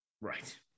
Right